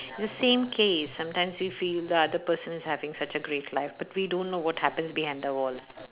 it's the same case sometimes we feel that the person is having such a great life but we don't know what happens behind the walls